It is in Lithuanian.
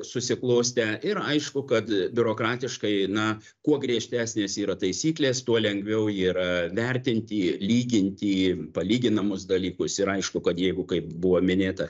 susiklostę ir aišku kad biurokratiškai na kuo griežtesnės yra taisyklės tuo lengviau yra vertinti lyginti palyginamus dalykus ir aišku kad jeigu kaip buvo minėta